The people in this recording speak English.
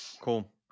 Cool